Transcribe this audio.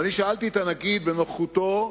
אני שאלתי את הנגיד בנוכחותו,